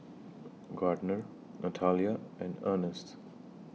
Gardner Natalia and Ernst